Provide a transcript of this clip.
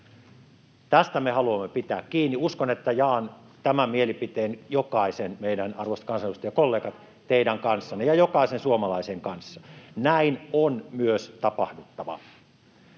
Tästä me haluamme pitää kiinni. Uskon, että jaan tämän mielipiteen jokaisen teistä, arvoisat kansanedustajakollegat, kanssa ja jokaisen suomalaisen kanssa. Näin on myös tapahduttava.